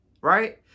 right